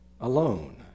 alone